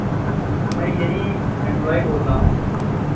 मैं यहीं एम्प्लॉइ बोल रहा हूँ